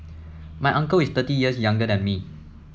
my uncle is thirty years younger than me